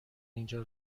اینجا